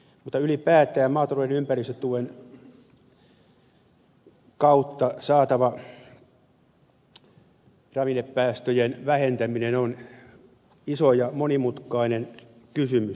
mutta ylipäätään maatalouden ympäristötuen kautta saatava ravinnepäästöjen vähentäminen on iso ja monimutkainen kysymys